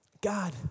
God